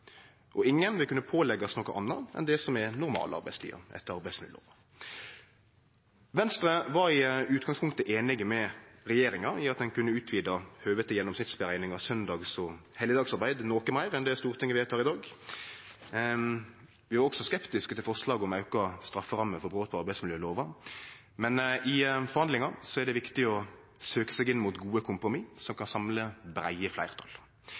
og ingen vil kunne bli pålagt noko anna enn det som er normalarbeidstida etter arbeidsmiljølova. Venstre var i utgangspunktet einig med regjeringa i at ein kunne utvide høvet til gjennomsnittsberekning av søndags- og helligdagsarbeid noko meir enn det Stortinget vedtek i dag. Vi er også skeptiske til forslaget om auka strafferamme for brot på arbeidsmiljølova, men i forhandlingar er det viktig å søkje seg inn mot gode kompromiss som kan samle breie fleirtal.